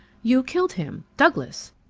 you killed him douglas!